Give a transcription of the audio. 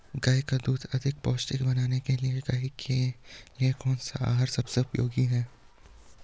गाय का दूध अधिक पौष्टिक बनाने के लिए गाय के लिए कौन सा आहार सबसे उपयोगी है?